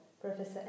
Professor